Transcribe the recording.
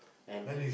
and